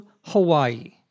Hawaii